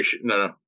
No